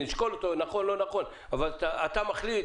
אבל אתה מחליט